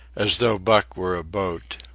as though buck were a boat.